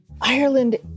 Ireland